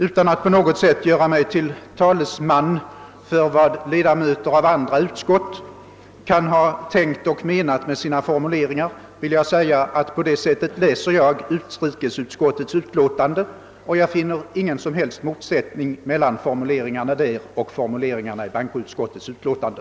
Utan att på något sätt göra mig till talesman för vad ledamöter av andra utskott kan ha tänkt och menat med sina formuleringar vill jag säga att på det sättet läser jag utrikesutskottets utlåtande, och jag finner ingen som helst motsättning mellan formuleringarna där och formuleringarna i bankoutskottets utlåtande.